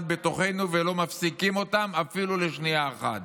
בתוכנו ולא מפסיקים אותן אפילו לשנייה אחת.